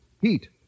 Heat